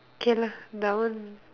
K lah that one